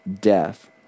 death